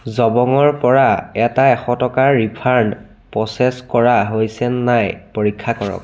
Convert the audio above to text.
জবঙৰ পৰা এটা এশ টকাৰ ৰিফাণ্ড প্ৰ'চেছ কৰা হৈছে নাই পৰীক্ষা কৰক